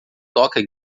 toca